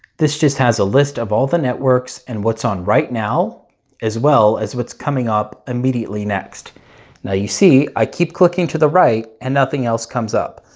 this just has a list of all the networks and what's on right now as well as what's coming up immediately next now you see i keep clicking to the right and nothing else comes up.